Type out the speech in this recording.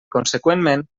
conseqüentment